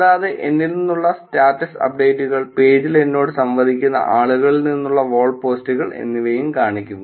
കൂടാതെ എന്നിൽ നിന്നുള്ള സ്റ്റാറ്റസ് അപ്ഡേറ്റുകൾ പേജിൽ എന്നോട് സംവദിക്കുന്ന ആളുകളിൽ നിന്നുള്ള വാൾ പോസ്റ്റ്കൾ എന്നിവയും കാണിക്കുന്നു